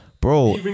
bro